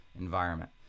environment